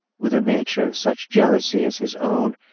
with a nature of such jealousy as his own,